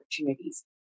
opportunities